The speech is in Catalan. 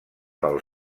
pel